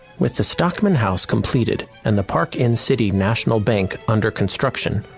with the stockman house completed and the park inn, city national bank under construction,